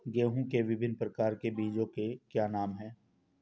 गेहूँ के विभिन्न प्रकार के बीजों के क्या नाम हैं?